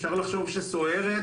אפשר לחשוב שסוהרת,